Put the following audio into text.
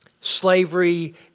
slavery